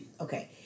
okay